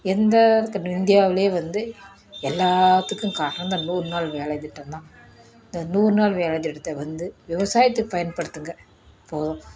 எந்த இந்தியாவுலேயே வந்து எல்லாத்துக்கும் காரணம் இந்த நூறு நாள் வேலை திட்டம்தான் இந்த நூறு நாள் வேலை திட்டத்தை வந்து விவசாயத்துக்கு பயன்படுத்துங்க போதும்